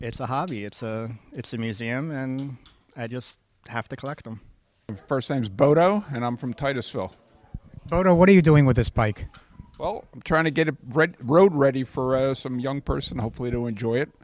it's a hobby it's a it's a museum and i just have to collect them first names bodo and i'm from titusville photo what are you doing with this bike well i'm trying to get a read road ready for some young person hopefully to enjoy it